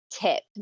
Tip